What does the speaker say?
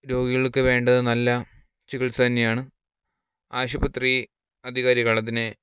രോഗികൾക്ക് വേണ്ടത് നല്ല ചികിത്സ തന്നെയാണ് ആശുപത്രി അധികാരികൾ അതിനെ